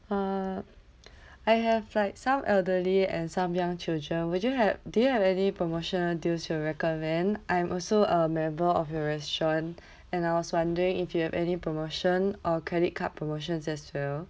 uh I have like some elderly and some young children would you have do you have any promotional deals you'll recommend I'm also a member of the restaurant and I was wondering if you have any promotion or credit card promotions as well